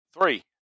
Three